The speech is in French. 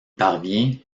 parvient